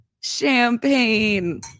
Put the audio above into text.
champagne